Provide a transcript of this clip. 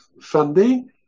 funding